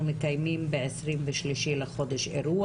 אנחנו מקיימים ב-23 אירוע,